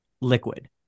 liquid